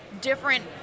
different